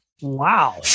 Wow